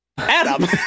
Adam